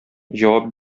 җавап